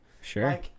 Sure